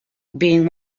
being